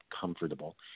comfortable